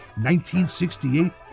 1968